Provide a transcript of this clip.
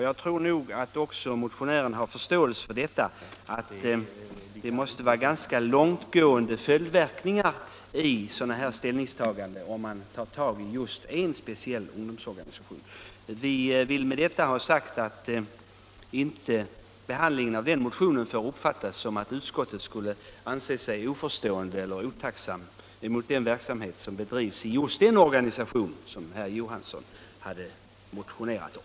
Jag tror att också motionären har förståelse för att ett ställningstagande för en speciell ungdomsorganisation får långtgående följdverkningar. Vi vill med detta ha sagt att behandlingen av motionen inte får uppfattas så att utskottet skulle ställa sig oförstående till den verksamhet som bedrivs i just den organisation som herr Johansson motionerat om.